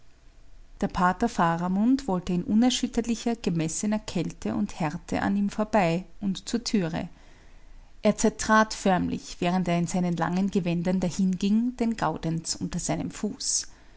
der pater faramund wollte in unerschütterlicher gemessener kälte und härte an ihm vorbei und zur türe er zertrat förmlich während er in seinen langen gewändern dahinging den gaudenz unter seinem fuß